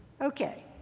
Okay